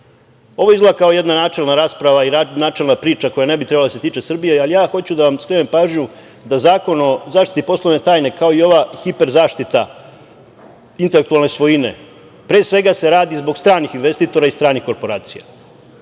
izgleda kao jedna načelna rasprava i načelna priča koja ne bi trebala da se tiče Srbije, ali ja hoću da vam skrenem pažnju da Zakon o zaštiti poslovne tajne, kao i ova hiper zaštita intelektualne svojine, pre svega se radi zbog stranih investitora i stranih korporacija. Znači,